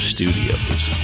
Studios